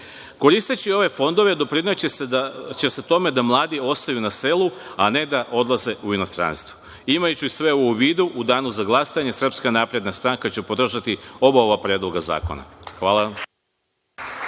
EU.Koristeći ove fondove doprineće se tome da mladi ostaju na selu, a ne da odlaze u inostranstvo. Imajući sve ovo u vidu, u danu za glasanje SNS će podržati oba ova predloga zakona. Hvala.